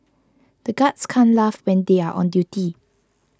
the guards can't laugh when they are on duty